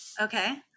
Okay